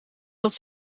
dat